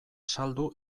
saldu